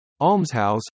almshouse